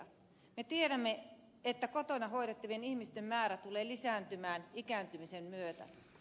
me tiedämme että kotona hoidettavien ihmisten määrä tulee lisääntymään ikääntymisen myötä